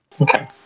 okay